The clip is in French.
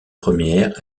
premières